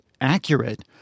accurate